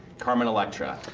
carmen electra.